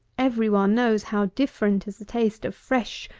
every one knows how different is the taste of fresh,